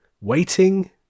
waiting